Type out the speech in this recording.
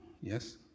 yes